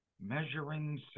Measuring